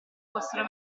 fossero